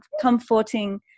comforting